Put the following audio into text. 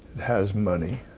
has money,